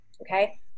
Okay